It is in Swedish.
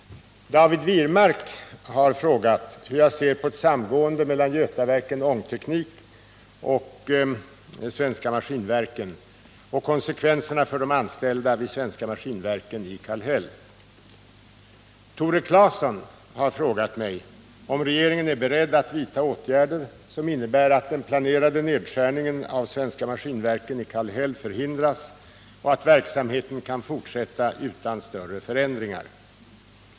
David Wirmark har frågat hur jag ser på ett samgående mellan Götaverken Ångteknik och Svenska Maskinverken och konsekvenserna för de anställda vid Svenska Maskinverken i Kallhäll. Tore Claeson har frågat mig om regeringen är beredd att vidta åtgärder som innebär att den planerade nedläggningen av Svenska Maskinverken i Kallhäll förhindras och att verksamheten kan fortsättas utan större förändringar.